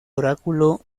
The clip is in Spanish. oráculo